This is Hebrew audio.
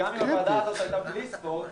גם אם הוועדה הזאת הייתה בלי ספורט,